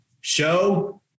Show